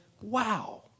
wow